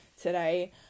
today